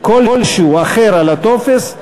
כלשהו אחר על הטופס,